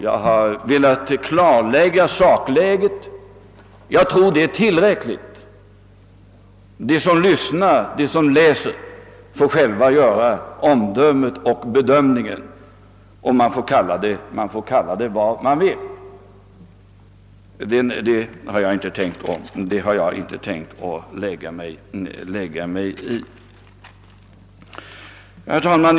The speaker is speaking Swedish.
Jag har velat klarlägga sakläget, och jag tror att det är tillräckligt. De som lyssnar eller läser protokollet får själva göra sin bedömning. Herr talman!